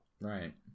Right